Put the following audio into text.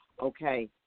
okay